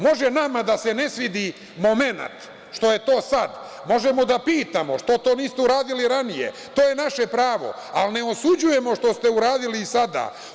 Može nama da se ne svidi momenat što je to sada, možemo da pitamo - što to niste uradili ranije, to je naše pravo, ali ne osuđujemo što ste uradili i sada.